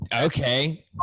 okay